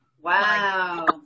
Wow